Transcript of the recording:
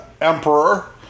emperor